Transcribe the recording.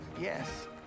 Yes